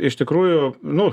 iš tikrųjų nu